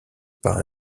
par